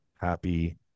Happy